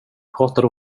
pratade